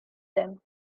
them